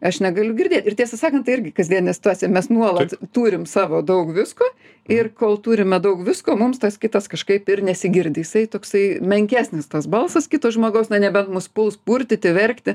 aš negaliu girdėt ir tiesą sakant tai irgi kasdieninė situacija mes nuolat turim savo daug visko ir kol turime daug visko mums tas kitas kažkaip ir nesigirdi jisai toksai menkesnis tas balsas kito žmogaus na nebent mus puls purtyti verkti